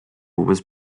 was